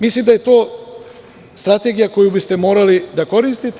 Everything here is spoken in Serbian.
Mislim da je to strategija koju biste morali da koristite.